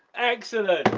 excellent!